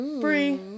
free